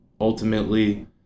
ultimately